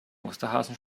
osterhasen